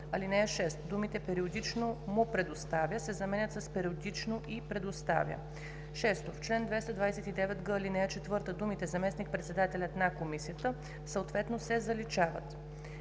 ал. 6 думите „периодично му предоставя“ се заменят с „периодично й предоставя“. 6. В чл. 229г, ал. 4 думите „заместник-председателят на комисията, съответно“ се заличават.